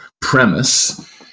premise